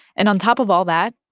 and on top of all that,